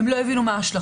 הן לא הבינו מה ההשלכות,